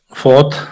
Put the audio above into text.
fourth